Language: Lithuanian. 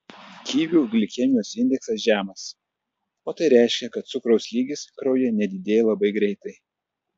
kivių glikemijos indeksas žemas o tai reiškia kad cukraus lygis kraujyje nedidėja labai greitai